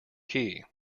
key